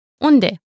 Unde